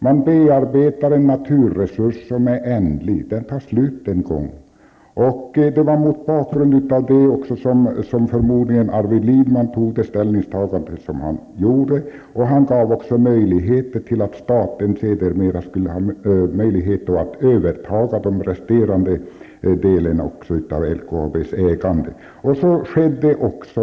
Man bearbetar en naturresurs som är ändlig. Den tar en gång slut. Det var förmodligen också mot den bakgrunden som Arvid Lindman gjorde det ställningstagande han gjorde. Han gjorde det också möjligt för staten att sedermera överta också den resterande delen när det gällde ägandet av LKAB. Så skedde också.